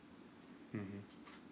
mmhmm